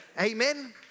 Amen